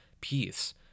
peace